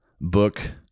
book